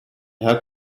have